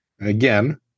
again